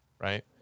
Right